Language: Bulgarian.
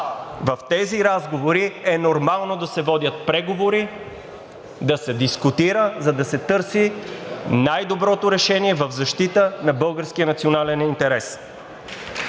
в тези разговори е нормално да се водят преговори, да се дискутира, за да се търси най-доброто решение в защита на българския национален интерес.